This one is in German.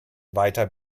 weiter